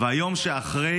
והיום שאחרי